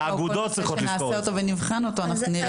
לפני שנעשה אותה ונבחן אותה אנחנו נראה